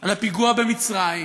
על הפיגוע במצרים?